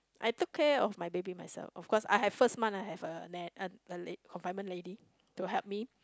I took care of my baby myself of course I have first month I have a na~ a a confinement lady to help me